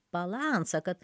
balansą kad